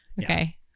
Okay